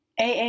AA